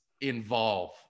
involve